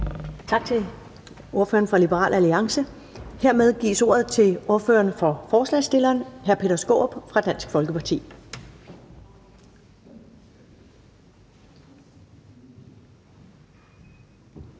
Tak til ordføreren for Liberal Alliance. Hermed gives ordet til ordføreren for forslagsstillerne, hr. Peter Skaarup, fra Dansk Folkeparti.